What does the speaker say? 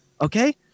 Okay